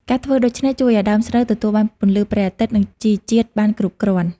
ការធ្វើដូច្នេះ ជួយឱ្យដើមស្រូវទទួលបានពន្លឺព្រះអាទិត្យ និងជីជាតិបានគ្រប់គ្រាន់។